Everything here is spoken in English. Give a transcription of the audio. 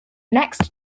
next